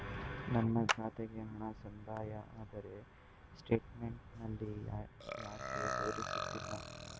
ನನ್ನ ಖಾತೆಗೆ ಹಣ ಸಂದಾಯ ಆದರೆ ಸ್ಟೇಟ್ಮೆಂಟ್ ನಲ್ಲಿ ಯಾಕೆ ತೋರಿಸುತ್ತಿಲ್ಲ?